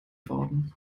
worden